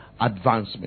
advancement